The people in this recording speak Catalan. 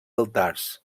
altars